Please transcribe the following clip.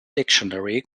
dictionary